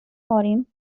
foreign